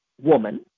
woman